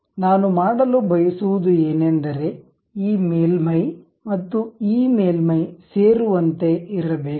ನಾನು ಮಾಡಲು ಬಯಸುವುದು ಏನೆಂದರೆ ಈ ಮೇಲ್ಮೈ ಮತ್ತು ಈ ಮೇಲ್ಮೈ ಸೇರುವಂತೆ ಇರಬೇಕು